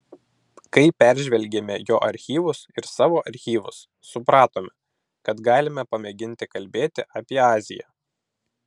kai peržvelgėme jo archyvus ir savo archyvus supratome kad galime pamėginti kalbėti apie aziją